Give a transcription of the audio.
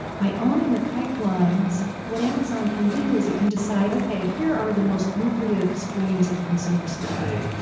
by owning the pipelines, what amazon can do is it can decide, okay, here are the most lucrative streams of consumer spending.